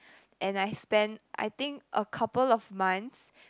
and I spent I think a couple of months